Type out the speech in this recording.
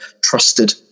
trusted